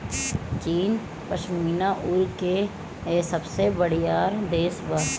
चीन पश्मीना ऊन के सबसे बड़ियार देश बा